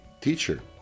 teacher